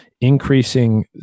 increasing